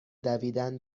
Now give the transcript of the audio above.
دویدن